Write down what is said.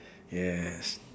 yes